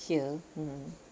here mmhmm